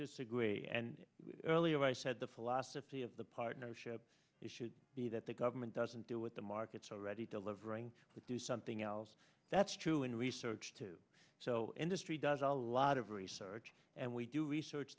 disagree and earlier i said the philosophy of the partnership should be that the government doesn't do what the markets are already delivering but do something else that's true in research too so industry does a lot of research and we do research